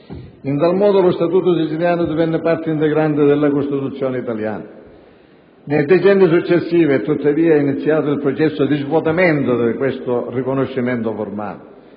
In tal modo, lo Statuto siciliano divenne parte integrante della Costituzione italiana. Nei decenni successivi, è tuttavia iniziato il processo di svuotamento di questo riconoscimento formale,